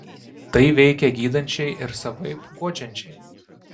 tai veikia gydančiai ir savaip guodžiančiai